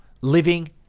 living